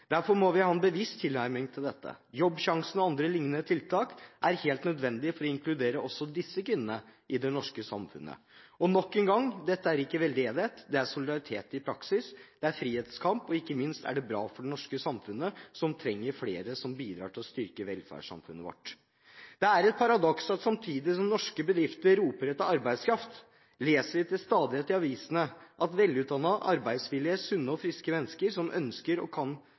Derfor må vi ha en bevisst tilnærming til dette. Jobbsjansen og andre lignende tiltak er helt nødvendig for å inkludere også disse kvinnene i det norske samfunnet. Og nok en gang: Dette er ikke veldedighet. Det er solidaritet i praksis, det er frihetskamp, og ikke minst er det bra for det norske samfunnet, som trenger flere som bidrar til å styrke velferdssamfunnet vårt. Det er et paradoks at samtidig som norske bedrifter roper etter arbeidskraft, leser vi til stadighet i avisene at velutdannede, arbeidsvillige, sunne og friske mennesker som vil og kan